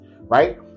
right